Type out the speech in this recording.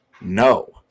no